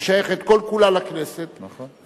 היא שייכת כל כולה לכנסת, נכון.